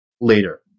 later